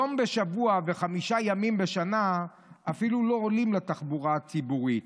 יום בשבוע וחמישה ימים בשנה אפילו לא עולים לתחבורה ציבורית,